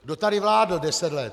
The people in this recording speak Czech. Kdo tady vládl deset let?